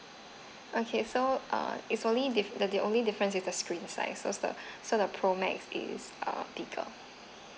okay so uh it's only dif~ the the only difference is the screen size so it's the so the pro max is uh bigger